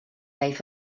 gave